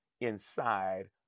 inside